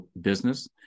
business